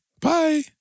bye